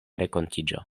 renkontiĝo